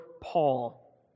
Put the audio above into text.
Paul